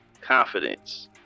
Confidence